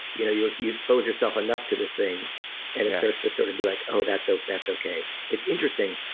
you know you you expose yourself enough to this thing and it starts to sort of be like oh, that's so that's okay. it's interesting.